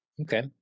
Okay